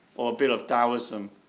or bit of taoism,